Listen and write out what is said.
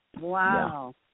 Wow